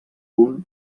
punt